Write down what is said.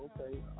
Okay